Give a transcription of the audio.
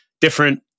different